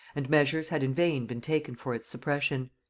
and measures had in vain been taken for its suppression.